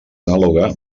anàloga